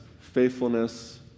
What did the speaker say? faithfulness